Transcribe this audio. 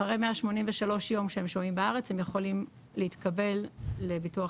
אחרי 183 ימים שהם שוהים בארץ הם יכולים להתקבל לביטוח